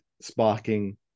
sparking